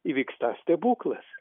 įvyksta stebuklas